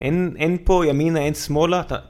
אין פה ימינה אין שמאלה